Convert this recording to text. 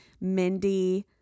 Mindy